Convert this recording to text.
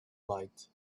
light